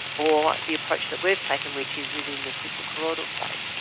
or the approach that we've taken which is within the suprachoroidal space.